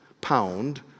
pound